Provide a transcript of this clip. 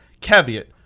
caveat